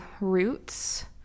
roots